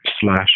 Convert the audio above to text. slash